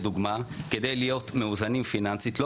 לדוגמה כדי להיות מאוזנים פיננסית לא